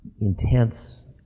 intense